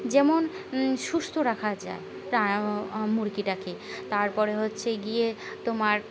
যেমন সুস্থ রাখা যায় মুরগিটাকে তারপরে হচ্ছে গিয়ে তোমার